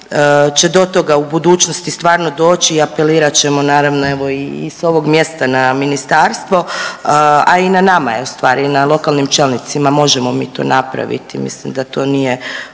će do toga u budućnosti stvarno doći i apelirat ćemo naravno evo i s ovog mjesta na ministarstvo, a i nama je ustvari, na lokalnim čelnicima, možemo mi to napraviti. Mislim da to nije